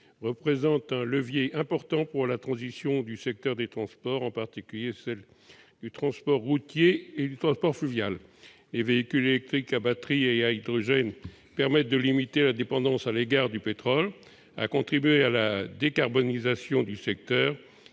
représente un levier important pour la transition du secteur des transports, en particulier du transport routier et du transport fluvial. En effet, les véhicules électriques à batterie et à hydrogène limitent la dépendance à l'égard du pétrole, contribuent à la décarbonisation du secteur